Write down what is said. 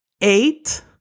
Eight